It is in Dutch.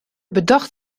bedacht